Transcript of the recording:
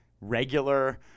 regular